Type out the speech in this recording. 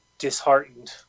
disheartened